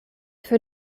für